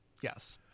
Yes